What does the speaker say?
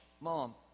Mom